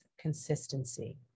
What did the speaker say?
consistency